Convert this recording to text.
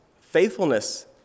Faithfulness